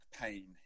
pain